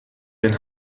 den